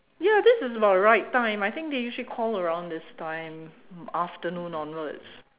ya this is about right time I think they usually call around this time afternoon onwards